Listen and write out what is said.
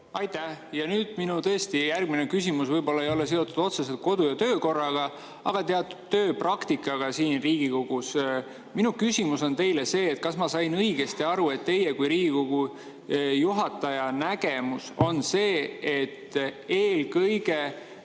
Aitäh! Nüüd tõesti minu järgmine küsimus võib-olla ei ole seotud otseselt kodu‑ ja töökorraga, vaid teatud tööpraktikaga siin Riigikogus. Minu küsimus on see: kas ma sain õigesti aru, et teie kui Riigikogu juhataja nägemus on see, et Riigikogu